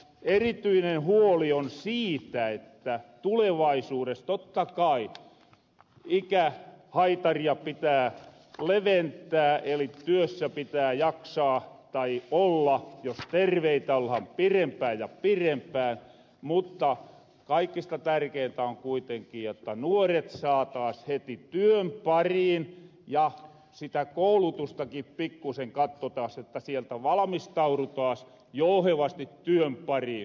erityinen huoli on siitä että tulevaisuudes totta kai ikähaitaria pitää leventää eli työssä pitää jaksaa tai olla jos terveitä ollahan pirempään ja pirempään mutta kaikista tärkeintä on kuitenkin jotta nuoret saataas heti työn pariin ja sitä koulutustaki pikkusen kattotaas että sieltä valmistaudutaas jouhevasti työn pariin